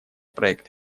проект